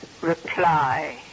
reply